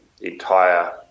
entire